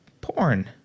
porn